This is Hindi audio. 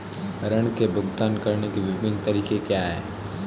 ऋृण के भुगतान करने के विभिन्न तरीके क्या हैं?